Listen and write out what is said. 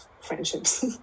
friendships